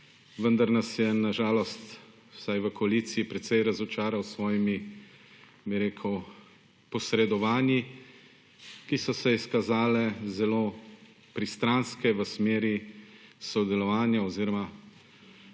Vendar nas je na žalost vsaj v koaliciji precej razočaral s svojimi, bi rekel, posredovanji, ki so se izkazale zelo pristranske v smeri sodelovanja oziroma